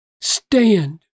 Stand